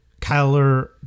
Kyler